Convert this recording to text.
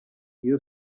iyo